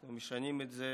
ואתם משנים את זה